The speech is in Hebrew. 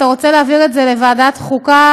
אתה רוצה להעביר את זה לוועדת החוקה?